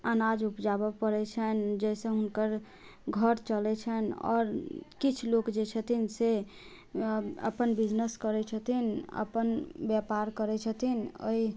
अनाज उपजाबऽ पड़ै छनि जै सँ हुनकर घर चलै छनि आओर किछु लोक जे छथिनसे अपन बिजनेस करै छथिन अपन व्यापार करै छथिन ओइ